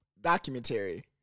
documentary